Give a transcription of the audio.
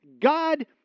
God